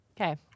Okay